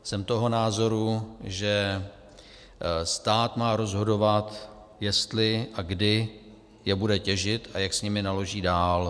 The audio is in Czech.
Jsem toho názoru, že stát má rozhodovat, jestli a kdy je bude těžit a jak s nimi naloží dál.